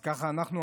אז ככה אנחנו,